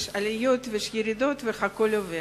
יש עליות ויש ירידות, והכול עובר.